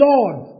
Lord